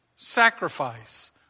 sacrifice